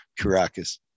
Caracas